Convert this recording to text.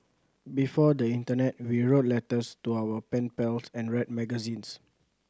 before the internet we wrote letters to our pen pals and read magazines